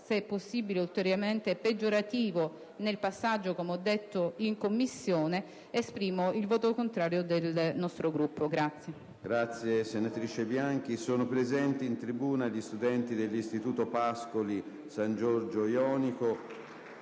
se possibile, ulteriormente peggiorato nel passaggio, come ho detto, in Commissione, dichiaro il voto contrario del mio Gruppo.